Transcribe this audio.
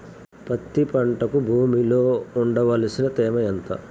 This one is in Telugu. పత్తి పంటకు భూమిలో ఉండవలసిన తేమ ఎంత?